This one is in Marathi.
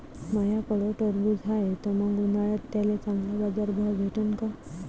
माह्याकडं टरबूज हाये त मंग उन्हाळ्यात त्याले चांगला बाजार भाव भेटन का?